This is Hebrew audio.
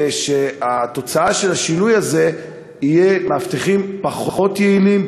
התוצאה של השינוי הזה תהיה מאבטחים פחות יעילים,